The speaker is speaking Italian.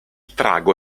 trago